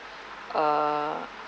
uh